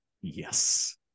Yes